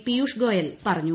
പിയൂഷ്ഗോയൽ പറഞ്ഞു